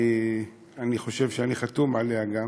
אני חושב שאני גם חתום עליה.